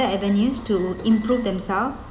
~er avenues to improve themselves